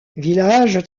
village